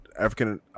African